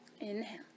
inhale